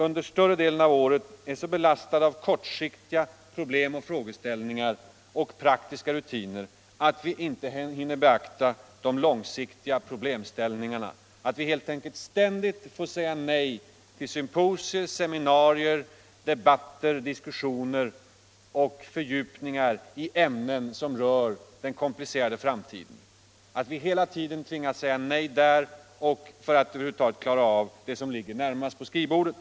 Under större delen av året är vi så belastade av kortsiktiga problem och frågeställningar och praktiska rutiner att vi inte hinner beakta de långsiktiga problemställningarna. Vi får ständigt säga nej till symposier, seminarier, debatter och fördjupningar i ämnen som rör den komplicerade framtiden. Vi tvingas säga nej för att över huvud taget klara av det som ligger närmast på skrivbordet.